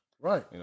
Right